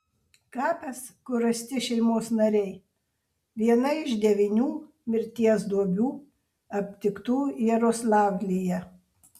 kapas kur rasti šeimos nariai viena iš devynių mirties duobių aptiktų jaroslavlyje